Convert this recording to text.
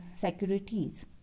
securities